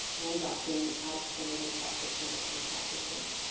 and document outstanding practitioners and practices.